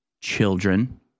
Children